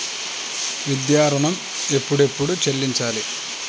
విద్యా ఋణం ఎప్పుడెప్పుడు చెల్లించాలి?